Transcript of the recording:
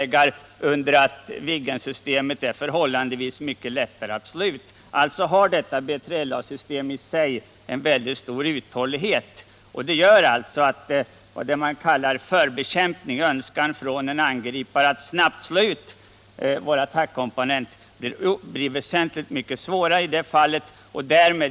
BILA systemet har alltså mycket stor uthållighet, och det gör att vad man kallar förbekämpning — försök från en angripare att snabbt slå ut vår attackkomponent — blir väsentligt mycket svårare.